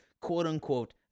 quote-unquote